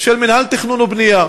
של מינהל תכנון ובנייה.